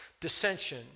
Dissension